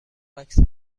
عکس